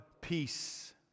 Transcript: peace